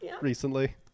recently